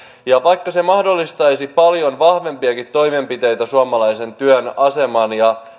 ja vaikka se mahdollistaisi paljon vahvempiakin toimenpiteitä suomalaisen työn aseman